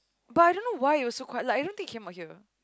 but I don't know why you also quite like I don't take him or here